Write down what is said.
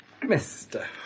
Mr